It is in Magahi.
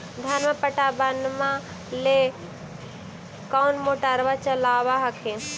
धनमा पटबनमा ले कौन मोटरबा चलाबा हखिन?